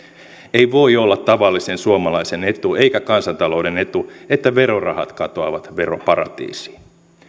ei voi olla tavallisen suomalaisen etu eikä kansantalouden etu että verorahat katoavat veroparatiisiin